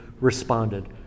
responded